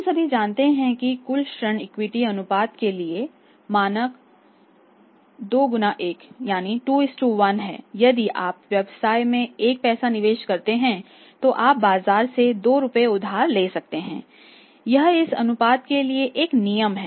हम सभी जानते हैं कि कुल ऋण इक्विटी अनुपात के लिए मानक 2 1 है यदि आप व्यवसाय में 1 पैसा निवेश करते हैं तो आप बाजार से 2 रुपये उधार ले सकते हैं यह इस अनुपात के लिए एक नियम है